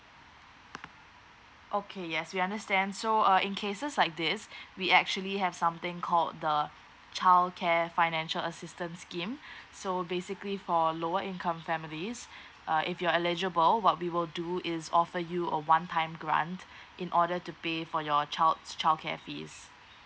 okay yes we understand so uh in cases like this we actually have something called the childcare financial assistance scheme so basically for lower income families err if you're eligible what we will do is offer you a one time grant in order to pay for your child's childcare fees